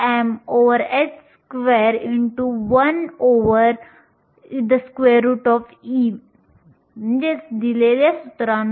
जर आपण या अभिव्यक्तींकडे पाहिले तर फर्मी ऊर्जा संज्ञा Ef आहे परंतु फर्मी ऊर्जा कुठे आहे हे चिन्हांकित केलेले नाही